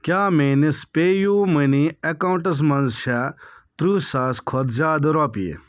کیٛاہ میٛٲنِس پے یوٗ موٚنی ایٚکاونٛٹَس منٛز چھا تٕرٛہ ساس کھۄتہٕ زیٛادٕ رۄپیہِ